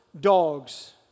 dogs